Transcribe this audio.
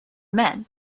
men